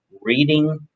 reading